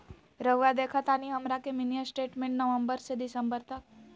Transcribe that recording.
रहुआ देखतानी हमरा के मिनी स्टेटमेंट नवंबर से दिसंबर तक?